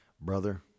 brother